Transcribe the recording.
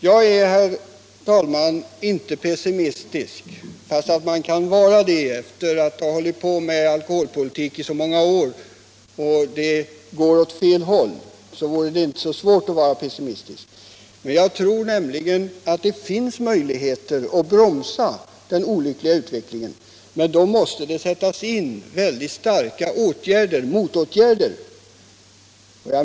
Jag är, herr talman, inte pessimistisk, trots att jag kanske borde vara det efter att ha sysslat med alkoholpolitik i så många år och sett utvecklingen gå åt fel håll. Jag tror det finns möjligheter att bromsa denna olyckliga utveckling, men då måste det sättas in väldigt starka motåtgärder.